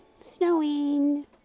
snowing